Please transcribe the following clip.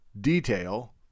detail